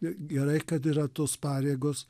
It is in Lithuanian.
gerai kad yra tos pareigos